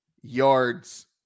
yards